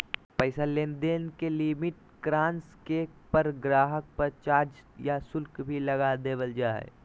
पैसा लेनदेन के लिमिट क्रास करे पर गाहक़ पर चार्ज या शुल्क भी लगा देवल जा हय